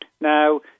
Now